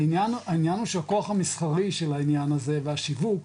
העניין הוא שהכוח המסחרי של העניין הזה והשיווק,